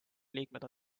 liikmed